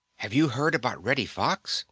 have you heard about reddy fox?